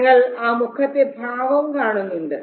നിങ്ങൾ ആ മുഖത്തെ ഭാവം കാണുന്നുണ്ട്